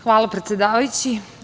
Hvala, predsedavajući.